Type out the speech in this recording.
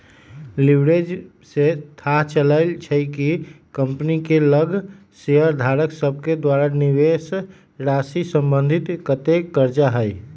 leverage से थाह चलइ छइ कि कंपनी के लग शेयरधारक सभके द्वारा निवेशराशि संबंधित कतेक करजा हइ